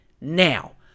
Now